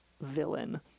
villain